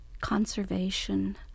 conservation